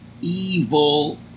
evil